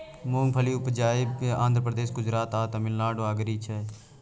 मूंगफली उपजाबइ मे आंध्र प्रदेश, गुजरात आ तमिलनाडु अगारी छै